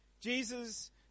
Jesus